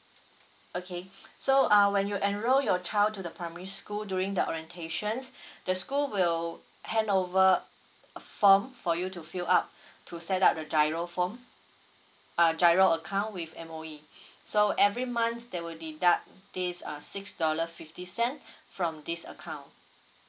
okay so uh when you enroll your child to the primary school during the orientations the school will hand over a form for you to fill up to set up the giro form uh giro account with M_O_E so every month they will deduct this uh six dollar fifty cent from this account